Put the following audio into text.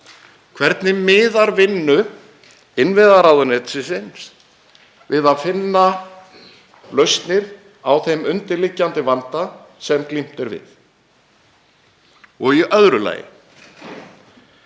Hvernig miðar vinnu innviðaráðuneytisins við að finna lausnir á þeim undirliggjandi vanda sem glímt er við? Í öðru lagi: